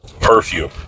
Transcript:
perfume